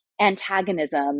antagonism